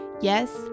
Yes